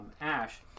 Ash